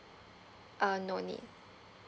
ah no need